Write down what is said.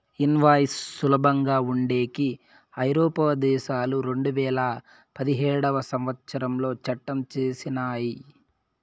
invoice సులభంగా ఉండేకి ఐరోపా దేశాలు రెండువేల పదిహేడవ సంవచ్చరంలో చట్టం చేసినయ్